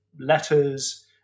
letters